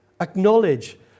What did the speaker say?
Acknowledge